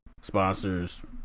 sponsors